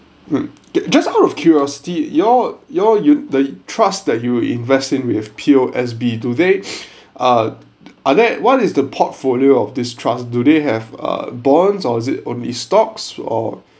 mm just out of curiosity your your you the trust that you invest in with P_O_S_B do they ah are they what is the portfolio of this trust do they have uh bonds or is it only stocks or